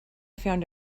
found